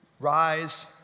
Rise